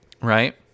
right